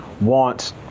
want